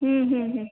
हं हं हं